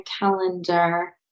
calendar